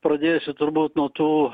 pradėsiu turbūt nuo tų